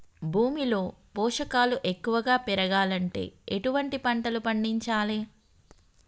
భూమిలో పోషకాలు ఎక్కువగా పెరగాలంటే ఎటువంటి పంటలు పండించాలే?